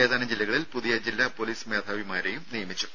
ഏതാനും ജില്ലകളിൽ പുതിയ ജില്ലാ പൊലീസ് മേധാവിമാരെയും നിയമിച്ചു